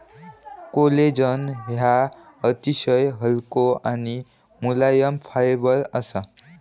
collagen ह्यो अतिशय हलको आणि मुलायम फायबर असा